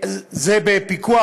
זה בפיקוח,